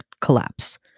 collapse